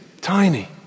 tiny